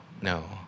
no